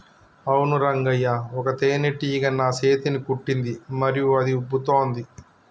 అవును రంగయ్య ఒక తేనేటీగ నా సేతిని కుట్టింది మరియు అది ఉబ్బుతోంది